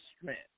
strength